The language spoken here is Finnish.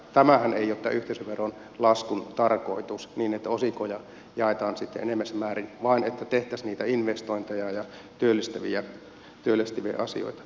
tämähän ei ole yhteisöveron laskun tarkoitus niin että osinkoja jaetaan sitten enemmässä määrin vaan että tehtäisiin investointeja ja työllistäviä asioita